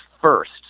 first